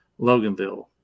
Loganville